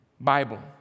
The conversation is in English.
Bible